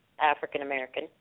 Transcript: African-American